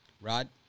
Rod